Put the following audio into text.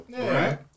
Right